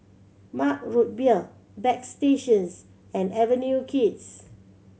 Mug Root Beer Bagstationz and Avenue Kids